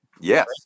Yes